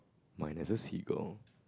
mine has a seagull